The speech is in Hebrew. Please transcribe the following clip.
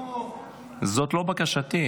זאת לא בקשתי,